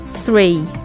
Three